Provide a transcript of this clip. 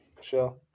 Sure